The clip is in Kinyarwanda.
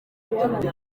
ati